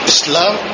Islam